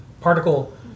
Particle